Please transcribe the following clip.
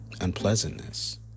unpleasantness